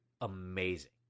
amazing